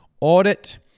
audit